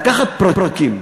לקחת פרקים.